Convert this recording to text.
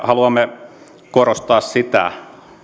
haluamme korostaa sitä